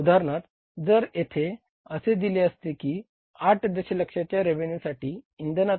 उदाहरणार्थ जर येथे असे दिले असते की 8 दशलक्षाच्या रेव्हेन्यूसाठी आहे बरोबर